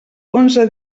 onze